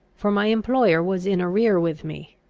for my employer was in arrear with me,